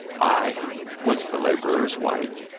i was the laborer's wife,